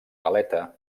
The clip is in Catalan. galeta